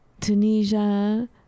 Tunisia